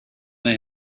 they